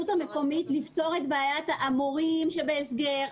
המקומית לפתור את בעיית המורים שבהסגר,